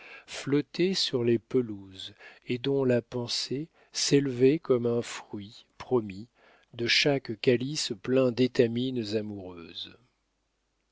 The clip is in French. flottait sur les pelouses et dont la pensée s'élevait comme un fruit promis de chaque calice plein d'étamines amoureuses